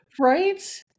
Right